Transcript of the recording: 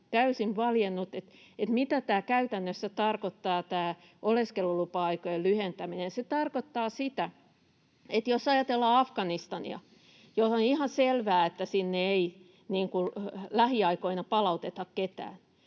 täysin valjennut, mitä tämä oleskelulupa-aikojen lyhentäminen käytännössä tarkoittaa. Se tarkoittaa sitä, että jos ajatellaan Afganistania, niin onhan ihan selvää, että sinne ei lähiaikoina palauteta ketään,